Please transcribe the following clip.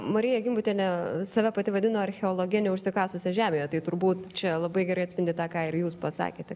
marija gimbutienė save pati vadino archeologe užsikasusia žemėje tai turbūt čia labai gerai atspindi tą ką ir jūs pasakėte